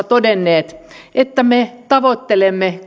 todennut että me tavoittelemme